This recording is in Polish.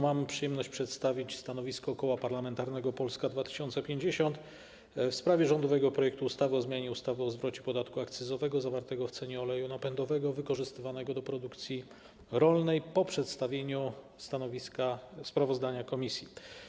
Mam przyjemność przedstawić stanowisko Koła Parlamentarnego Polska 2050 w sprawie rządowego projektu ustawy o zmianie ustawy o zwrocie podatku akcyzowego zawartego w cenie oleju napędowego wykorzystywanego do produkcji rolnej po przedstawieniu sprawozdania komisji.